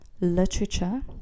Literature